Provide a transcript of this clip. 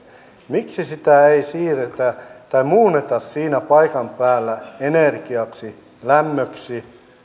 miksi sitä ei siirretä tai muunneta siinä paikan päällä energiaksi lämmöksi